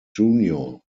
junior